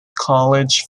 college